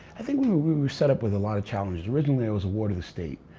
i think we were we were set up with a lot of challenges. originally, i was a ward of the state.